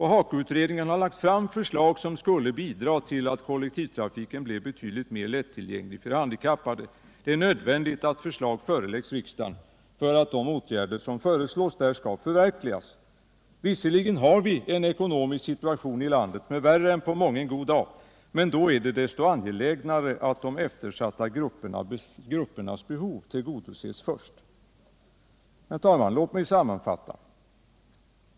HAKO-utredningen har lagt fram förslag som skulle bidra till att kollektivtrafiken blev betydligt mer lättillgänglig för handikappade. Det är nödvändigt att förslag föreläggs riksdagen för att de åtgärder som föreslås i utredningen skall kunna förverkligas. Visserligen har vi en ekonomisk situation i landet som är värre än på mången god dag, men då är det desto angelägnare att de eftersatta gruppernas behov tillgodoses först. Herr talman! Låt mig sammanfatta.